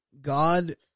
God